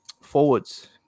forwards